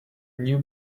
new